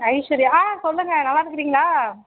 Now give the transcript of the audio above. ஐஸ்வர்யா ஆ சொல்லுங்கள் நல்லாயிருக்கிங்களா